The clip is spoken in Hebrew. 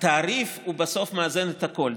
התעריף בסוף מאזן את הכול.